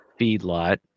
feedlot